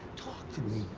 talk to me.